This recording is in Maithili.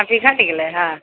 अभी घटि गेलय हँ